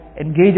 engage